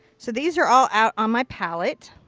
so these are all out on my pallet.